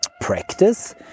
practice